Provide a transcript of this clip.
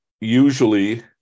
usually